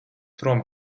prom